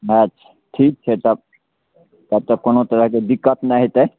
अच्छा ठीक छै तब तब तऽ कोनो तरहके दिक्कत नहि होयतै